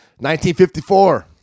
1954